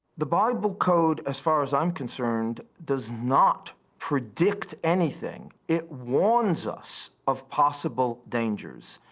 the bible code, as far as i'm concerned, does not predict anything. it warns us of possible dangers.